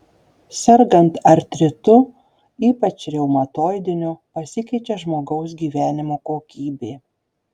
sergant artritu ypač reumatoidiniu pasikeičia žmogaus gyvenimo kokybė